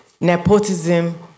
nepotism